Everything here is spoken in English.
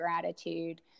gratitude